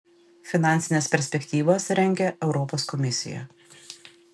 finansines perspektyvas rengia europos komisija